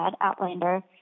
Outlander